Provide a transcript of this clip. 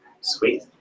Sweet